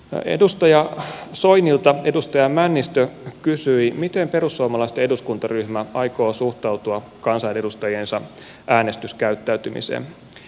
edustaja soinilta edustaja männistö kysyi miten perussuomalaisten eduskuntaryhmä aikoo suhtautua kansanedustajiensa äänestyskäyttäytymiseen